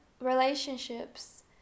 relationships